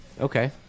Okay